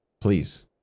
Please